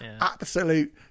Absolute